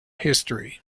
history